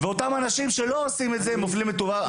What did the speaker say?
ואותם אנשים שלא עושים את זה, מופלים לטובה.